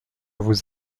vous